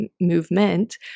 movement